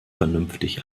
vernünftig